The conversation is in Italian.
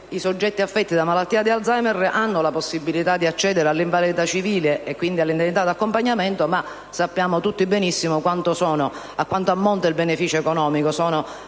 i soggetti affetti da malattia di Alzheimer hanno la possibilità di accedere all'invalidità civile, quindi all'indennità di accompagnamento, anche se sappiamo tutti benissimo a quanto ammonta il beneficio economico: